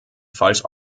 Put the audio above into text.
falsch